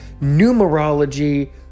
numerology